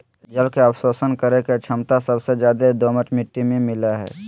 जल के अवशोषण करे के छमता सबसे ज्यादे दोमट मिट्टी में मिलय हई